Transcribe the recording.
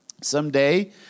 Someday